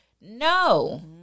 no